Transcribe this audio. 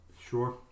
Sure